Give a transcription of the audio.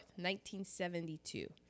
1972